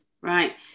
Right